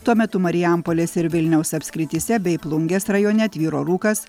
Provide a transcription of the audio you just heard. tuo metu marijampolės ir vilniaus apskrityse bei plungės rajone tvyro rūkas